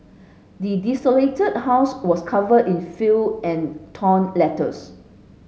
the desolated house was covered in filth and torn letters